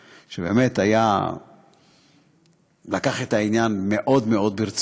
ומישהו מקלל, אתה בא לטפל, ומישהו לא